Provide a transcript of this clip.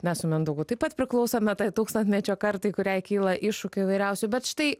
mes su mindaugu taip pat priklausome tai tūkstantmečio kartai kuriai kyla iššūkių įvairiausių bet štai